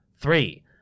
Three